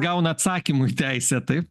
gauna atsakymui teisę taip